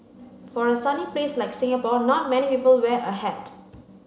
for a sunny place like Singapore not many people wear a hat